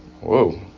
Whoa